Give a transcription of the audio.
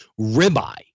ribeye